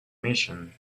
mission